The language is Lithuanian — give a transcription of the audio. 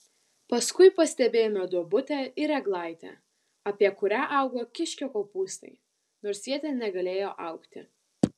paskui pastebėjome duobutę ir eglaitę apie kurią augo kiškio kopūstai nors jie ten negalėjo augti